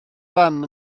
fam